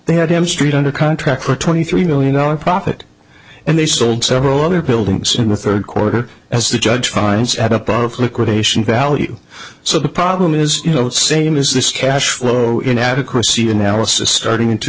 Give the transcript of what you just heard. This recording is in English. they had him st under contract for twenty three million dollars profit and they sold several other buildings in the third quarter as the judge finds at up out of liquidation value so the problem is you know the same is this cash flow in adequacy analysis starting in two